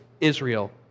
Israel